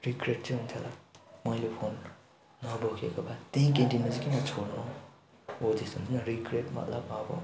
regret चाहिँ हुन्थ्यो होला मैले फोन नबोकेको भए त्यही क्यान्टिनमा चाहिँ किन छोड्नु हो त्यस्तो हुन्थ्यो नि त रिग्रेट मतलब अब